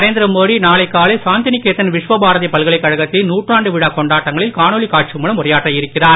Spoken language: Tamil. நரேந்திரமோடிநாளைக்காலை சாந்திநிகேதன்விஸ்வபாரதிபல்கலைக்கழகத்தின்நூற்றாண்டுவிழாக்கொ ண்டாட்டங்களில்காணொளிகாட்சிமூலம்உரையாற்றஇருக்கிறார்